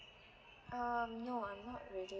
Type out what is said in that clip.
um no I'm not really